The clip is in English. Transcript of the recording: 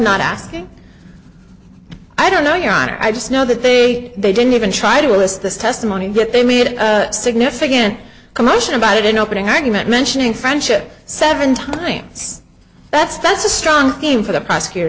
not asking i don't know your honor i just know that they they didn't even try to elicit this testimony but they made a significant commotion about it in opening argument mentioning friendship seven times that's that's a strong theme for the prosecutor